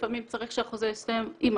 לפעמים צריך שהחוזה יימשך